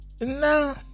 nah